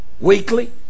weekly